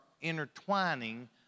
intertwining